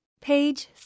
Page